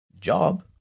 job